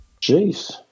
Jeez